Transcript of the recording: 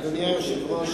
אדוני היושב-ראש,